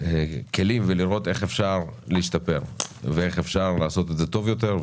כלים ולראות איך אפשר להשתפר ואיך אפשר לעשות את זה טוב יותר.